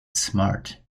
smart